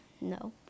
no